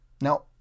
Now